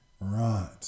Right